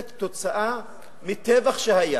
זה כתוצאה מטבח שהיה,